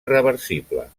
reversible